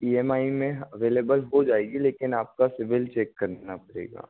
E M I में available हो जाएगी लेकिन आपका सिविल चेक करना पड़ेगा